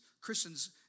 Christians